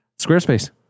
Squarespace